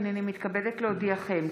הינני מתכבדת להודיעכם,